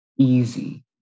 easy